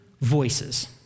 voices